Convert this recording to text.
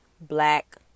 black